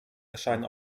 erscheinen